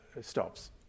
stops